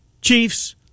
Chiefs